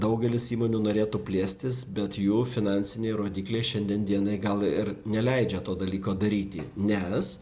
daugelis įmonių norėtų plėstis bet jų finansiniai rodikliai šiandien dienai gal ir neleidžia to dalyko daryti nes